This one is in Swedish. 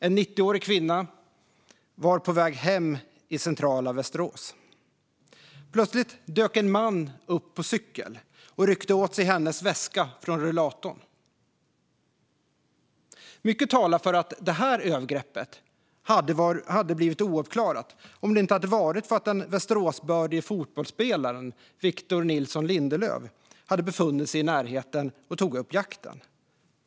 En 90årig kvinna var på väg hem i centrala Västerås. Plötsligt dök en man upp på cykel och ryckte åt sig hennes väska från rullatorn. Mycket talar för att det övergreppet hade blivit ouppklarat om det inte hade varit för att den Västeråsbördige fotbollsspelaren Victor Nilsson Lindelöf hade befunnit sig i närheten och tog upp jakten.